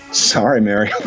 sorry mary.